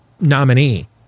nominee